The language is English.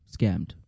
scammed